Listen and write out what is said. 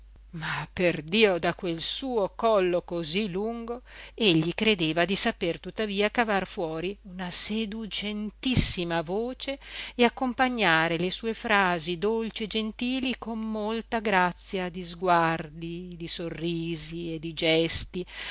lenti ma perdio da quel suo collo cosí lungo egli credeva di saper tuttavia cavar fuori una seducentissima voce e accompagnare le sue frasi dolci e gentili con molta grazia di sguardi di sorrisi e di gesti